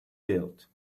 built